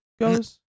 goes